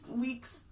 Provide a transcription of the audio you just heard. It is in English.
week's